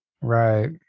Right